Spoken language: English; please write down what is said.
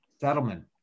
settlement